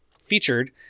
featured